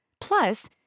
Plus